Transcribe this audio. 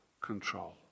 control